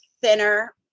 thinner